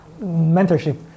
mentorship